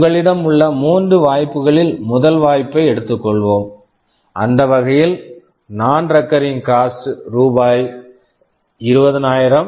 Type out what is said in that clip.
உங்களிடம் உள்ள மூன்று வாய்ப்புகளில் முதல் வாய்ப்பை எடுத்துக் கொள்வோம் அந்த வகையில் நான் recurring cost non recurring cost ரூ